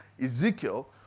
Ezekiel